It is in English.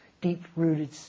deep-rooted